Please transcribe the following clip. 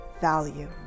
value